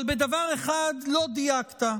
אבל בדבר אחד לא דייקת,